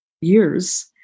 years